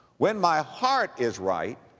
when my heart is right,